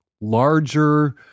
larger